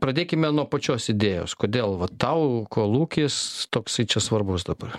pradėkime nuo pačios idėjos kodėl vat tau kolūkis toksai čia svarbus dabar